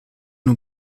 nur